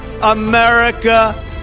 America